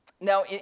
Now